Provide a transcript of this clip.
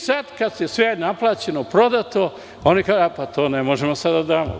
Sada kada je sve naplaćeno, prodato, oni kažu – ne možemo sad da damo.